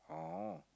oh